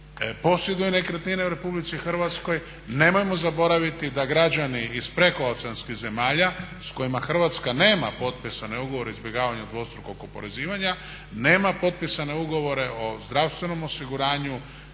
posjeduju nekretnine u Republici Hrvatskoj, nemojmo zaboraviti da građani iz prekooceanskih zemalja s kojima Hrvatska nema potpisane ugovore o izbjegavanju dvostrukog oporezivanja, nema potpisane ugovore o zdravstvenom osiguranju,